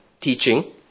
teaching